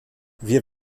wir